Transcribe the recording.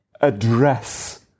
address